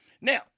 Now